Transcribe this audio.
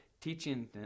teaching